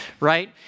right